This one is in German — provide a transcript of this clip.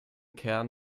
kern